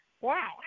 wow